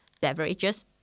beverages